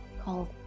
called